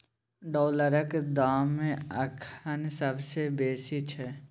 डॉलरक दाम अखन सबसे बेसी छै